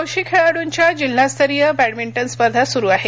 हौशी खेळाडुंच्या जिल्हास्तरीय बॅडमिंटन स्पर्धा सुरु आहेत